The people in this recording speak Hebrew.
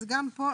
אז גם פה,